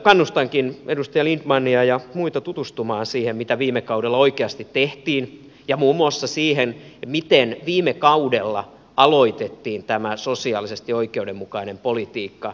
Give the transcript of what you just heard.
kannustankin edustaja lindtmania ja muita tutustumaan siihen mitä viime kaudella oikeasti tehtiin ja muun muassa siihen miten viime kaudella aloitettiin tämä sosiaalisesti oikeudenmukainen politiikka